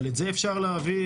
אבל בזה לא צריך לחכות.